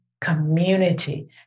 community